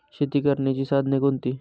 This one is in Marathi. शेती करण्याची साधने कोणती?